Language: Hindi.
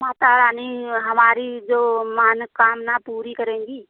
माता रानी हमारी जो मानोकामना पूरी करेंगी